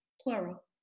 plural